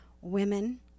women